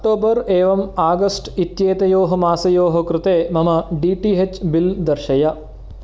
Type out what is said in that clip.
October एवम् August एत्येतयोः मासयोः कृते मम डी टी एच् बिल् दर्शय